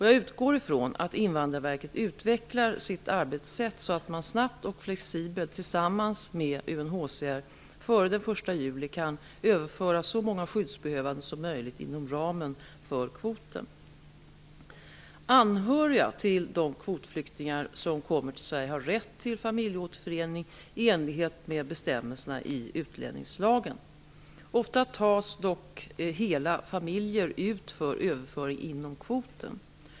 Jag utgår ifrån att Invandrarverket utvecklar sitt arbetssätt så att man snabbt och flexibelt, tillsammans med UNHCR, före den 1 juli kan överföra så många skyddsbehövande som möjligt inom ramen för kvoten. Sverige har rätt till familjeåterförening i enlighet med bestämmelserna i utlänningslagen. Ofta tas dock hela familjer ut för överföring inom kvoten.